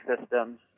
systems